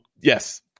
yes